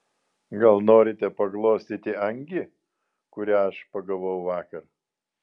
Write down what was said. gal norite paglostyti angį kurią aš pagavau vakar